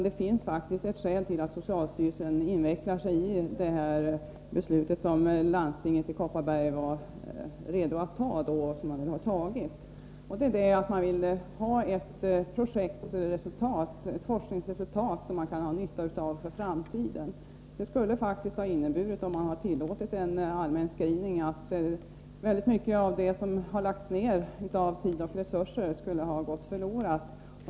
Det finns ett skäl till att socialstyrelsen invecklade sig i detta beslut, som landstinget i Kopparberg var redo att fatta och nu har fattat, och det är att man vill ha ett forskningsresultat som man kan ha nytta av för framtiden. Om man hade tillåtit en allmän screening skulle det ha inneburit att väldigt mycket av det som lagts ner i form av tid och resurser skulle ha gått förlorat.